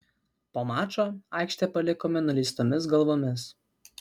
po mačo aikštę palikome nuleistomis galvomis